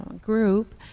group